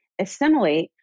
assimilate